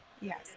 Yes